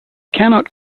cannot